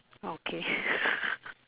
okay